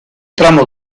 tramo